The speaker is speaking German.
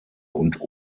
und